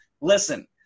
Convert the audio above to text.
listen